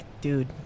dude